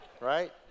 right